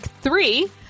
three